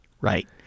Right